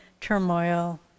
turmoil